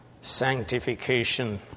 sanctification